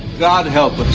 god help us.